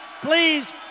please